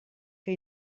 que